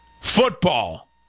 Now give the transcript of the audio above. football